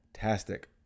fantastic